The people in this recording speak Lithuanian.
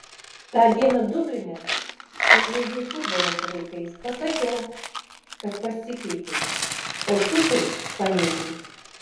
tą dieną dubline kai žaidei futbolą su vaikais pasakiau kad pasikeitei o tu tai paneigei